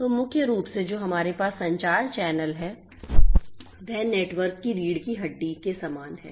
तो मुख्य रूप से जो हमारे पास संचार चैनल है वह नेटवर्क की रीढ़ की हड्डी के सामान है